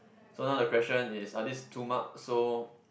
so now the question is are these two mark so